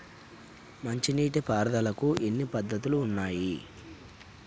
మంచి నీటి పారుదలకి ఎన్ని పద్దతులు ఉన్నాయి?